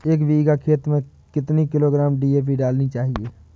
एक बीघा खेत में कितनी किलोग्राम डी.ए.पी डालनी चाहिए?